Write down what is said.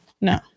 No